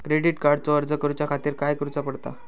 Credit कार्डचो अर्ज करुच्या खातीर काय करूचा पडता?